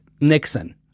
Nixon